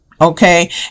Okay